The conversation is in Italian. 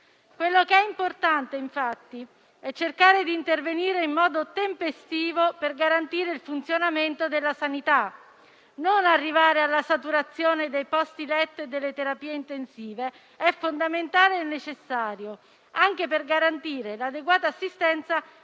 Ciò che è importante, infatti, è cercare di intervenire in modo tempestivo per garantire il funzionamento della sanità. Non arrivare alla saturazione dei posti letto e delle terapie intensive è fondamentale e necessario anche per garantire l'adeguata assistenza